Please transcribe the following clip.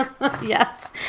Yes